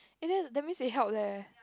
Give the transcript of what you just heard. eh then that means it help eh